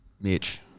Mitch